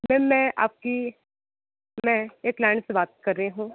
ma'am में आपकी मैं एक क्लाइंट से बात कर रही हूँ